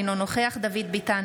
אינו נוכח דוד ביטן,